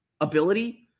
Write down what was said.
ability